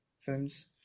films